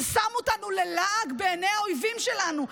זה שם אותנו ללעג בעיני האויבים שלנו.